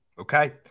okay